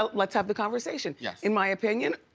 let's have the conversation. yeah in my opinion,